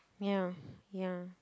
ya ya